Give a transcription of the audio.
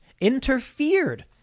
interfered